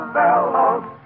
bellows